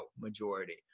majority